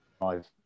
Five